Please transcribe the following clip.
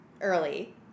early